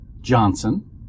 Johnson